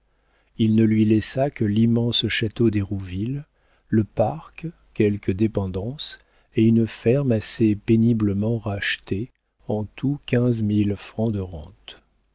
il ne lui laissa que l'immense château d'hérouville le parc quelques dépendances et une ferme assez péniblement rachetée en tout quinze mille francs de rente